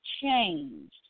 changed